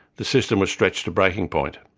the system was stretched to breaking point.